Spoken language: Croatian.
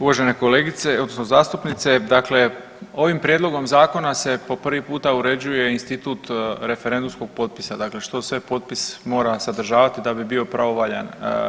Uvažena kolegice, odnosno zastupnice, dakle ovim prijedlogom zakona se po prvi puta uređuje institut referendumskog potpisa, dakle što sve potpis mora sadržavati da bi bio pravovaljan.